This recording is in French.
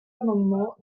amendement